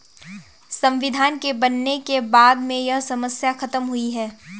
संविधान के बनने के बाद में यह समस्या खत्म हुई है